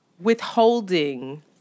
withholding